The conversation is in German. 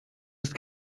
ist